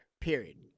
period